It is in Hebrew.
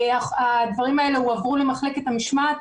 הדברים האלה הועברו למחלקת המשמעת,